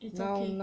it's okay